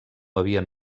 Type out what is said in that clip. havien